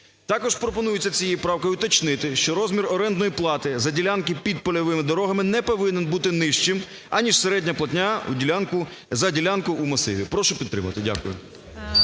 Також пропонується цією правкою уточнити, що розмір орендної плати за ділянки під польовими дорогами не повинен бути нижчим, аніж середня платня за ділянку у масиві. Прошу підтримати. Дякую.